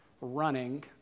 running